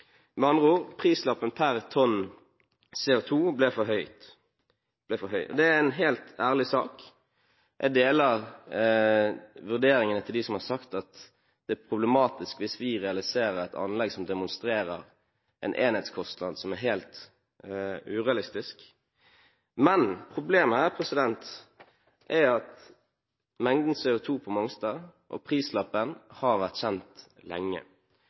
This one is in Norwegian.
prislappen per tonn CO2 for høy. Det er en helt ærlig sak. Jeg deler vurderingene til dem som har sagt at det er problematisk hvis vi realiserer et anlegg som demonstrerer en enhetskostnad som er helt urealistisk, men problemet her er at mengden CO2 på Mongstad og prislappen har vært kjent lenge